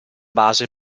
base